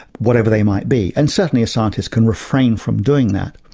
whatever they might be. and certainly a scientist can refrain from doing that.